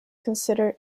consider